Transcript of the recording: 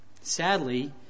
Sadly